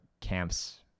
camps